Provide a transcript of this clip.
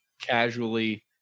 casually